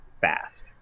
fast